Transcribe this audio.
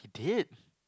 he did